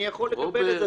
אני יכול לקבל את זה,